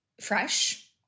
fresh